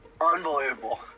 Unbelievable